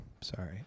Sorry